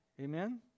Amen